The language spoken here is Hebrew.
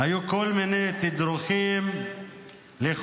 היו כל מיני תדרוכים, לכאורה.